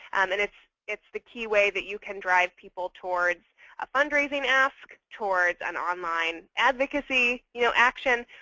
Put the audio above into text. um and it's it's the key way that you can drive people towards a fundraising ask, towards an online advocacy you know action.